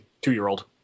two-year-old